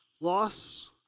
loss